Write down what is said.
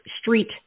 street